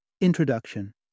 Introduction